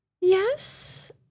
Yes